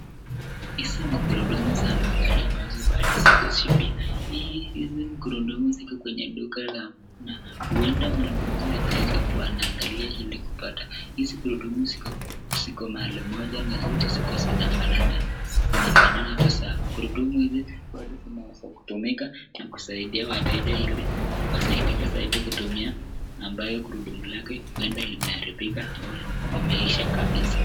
Hizi ni gurudumu za magari ambazo bado ziko shibi. Hizi gurudumu ziko kwenye duka la na huenda mnunuzi anaweza kuwa anaangalia ili kupata. Hizi gurudumu ziko mahali moja na zote ziko zinafanana. Zinafanana tu sawa. gurudumu hizi bado zinaweza tumika na kusaidia wateja ili wasaidike saidi kutumia ambayo gurudumu lake huenda limeharibika ama limeisha kabisa.